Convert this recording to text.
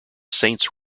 saints